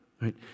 right